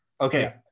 okay